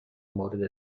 مورد